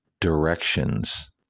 directions